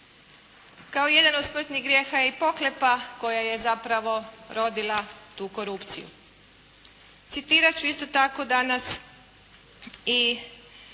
Kao jedan od smrtnih grijeha je i pohlepa koja je zapravo rodila tu korupciju. Citirat ću isto tako danas i